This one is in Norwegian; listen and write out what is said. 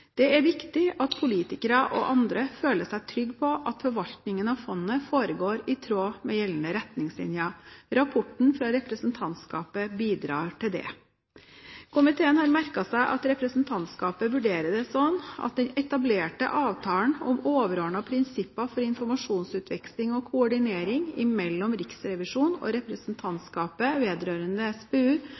viktig at politikere og andre føler seg trygge på at forvaltningen av fondet foregår i tråd med gjeldende retningslinjer. Rapporten fra representantskapet bidrar til det. Komiteen har merket seg at representantskapet vurderer det slik at den etablerte avtalen om overordnede prinsipper for informasjonsutveksling og koordinering mellom Riksrevisjonen og representantskapet vedrørende SPU